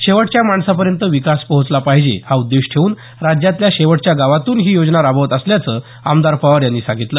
शेवटच्या माणसापर्यंत विकास पोहोचला पाहिजे हा उद्देश ठेवून राज्यातल्या शेवटच्या गावातून ही योजना राबवत असल्याचं आमदार पवार यांनी सांगितलं